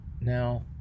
now